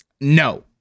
No